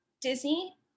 Disney